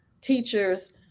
teachers